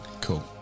cool